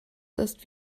ist